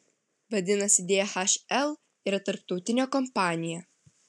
vadinasi dhl yra tarptautinė kompanija